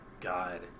God